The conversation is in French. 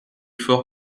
fort